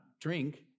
drink